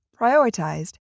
prioritized